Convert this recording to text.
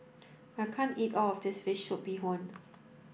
I can't eat all of this fish soup bee hoon